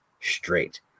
straight